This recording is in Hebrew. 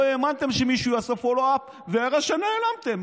לא האמנתם שמישהו יעשה follow up ויראה שנעלמתם.